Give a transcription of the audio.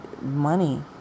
money